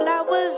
Flowers